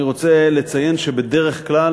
אני רוצה לציין שבדרך כלל,